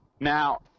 now